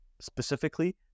specifically